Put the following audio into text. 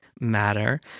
matter